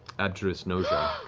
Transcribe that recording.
abjurist noja,